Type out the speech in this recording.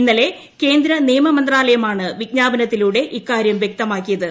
ഇന്നലെ കേന്ദ്ര നിയമ മന്ത്രാലയമാണ് വിജ്ഞാപനത്തിലൂടെ ഇക്കാരൃം വൃക്തമാക്കിയത്